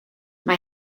mae